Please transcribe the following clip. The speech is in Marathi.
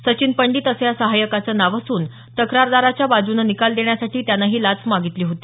सचिन पंडित असं या सहायकाचं नाव असून तक्रारदाराच्या बाजुनं निकाल देण्यासाठी त्यानं ही लाच मागितली होती